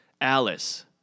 Alice